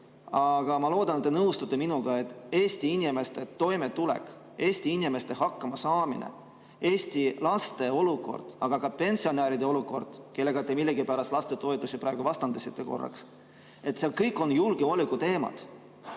Aga ma loodan, et te nõustute minuga, et Eesti inimeste toimetulek, Eesti inimeste hakkamasaamine, Eesti laste olukord, aga ka pensionäride olukord, kellega te millegipärast lastetoetusi praegu vastandasite korraks – need kõik on julgeolekuteemad.